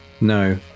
no